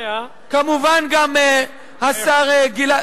כמובן גם השר גלעד,